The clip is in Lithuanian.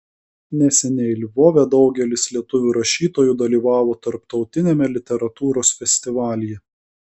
neseniai lvove daugelis lietuvių rašytojų dalyvavo tarptautiniame literatūros festivalyje